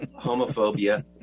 homophobia